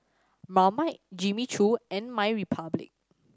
Marmite Jimmy Choo and MyRepublic